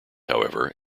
however